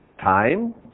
time